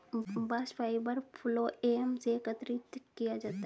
bast fibre phloem से एकत्र किया जाता है